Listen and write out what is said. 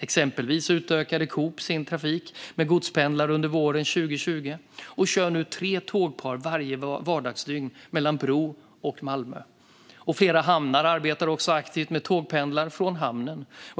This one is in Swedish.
Exempelvis utökade Coop sin trafik med godspendlar under våren 2020 och kör nu tre tågpar varje vardagsdygn mellan Bro och Malmö. Flera hamnar arbetar också aktivt med tågpendlar från hamnen.